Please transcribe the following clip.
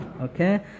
Okay